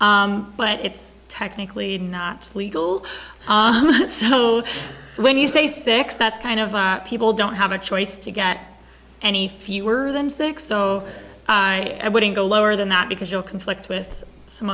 less but it's technically not legal so when you say sex that's kind of people don't have a choice to get any fewer than six so i wouldn't go lower than that because you'll conflict with some